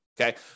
Okay